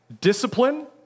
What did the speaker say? Discipline